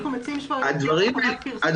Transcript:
אנחנו מציעים שתהיה חובת פרסום של הדברים.